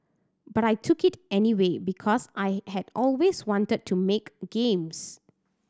but I took it anyway because I had always wanted to make games